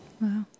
Wow